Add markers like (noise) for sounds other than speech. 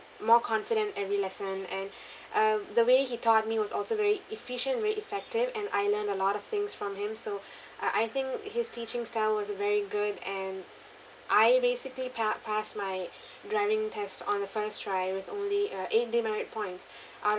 more confident every lesson and (breath) uh the way he taught me was also very efficient very effective and I learned a lot of things from him so (breath) I I think his teaching style was very good and I basically pa~ passed my driving test on the first try with only uh eight demerit points out of